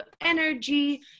energy